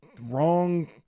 wrong